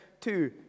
two